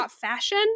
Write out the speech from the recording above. fashion